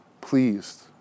pleased